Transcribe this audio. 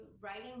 writing